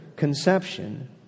Conception